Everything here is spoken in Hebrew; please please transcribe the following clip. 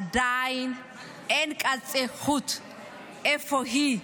עדיין אין קצה חוט איפה היא.